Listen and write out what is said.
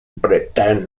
britain